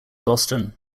boston